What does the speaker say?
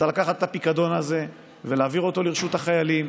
צריך לקחת את הפיקדון הזה ולהעביר אותו לרשות החיילים.